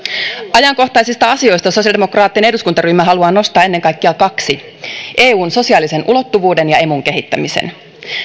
ajankohtaisista asioista sosiaalidemokraattinen eduskuntaryhmä haluaa nostaa ennen kaikkea kaksi eun sosiaalisen ulottuvuuden ja emun kehittämisen